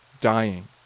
dying